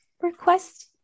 request